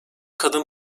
kadın